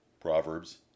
Proverbs